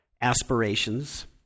aspirations